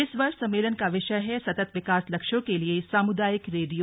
इस वर्ष सम्मेलन का विषय है सतत् विकास लक्ष्यों के लिए सामुदायिक रेडियो